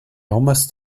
almost